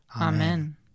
Amen